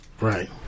Right